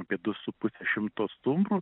apie du su puse šimto stumbrų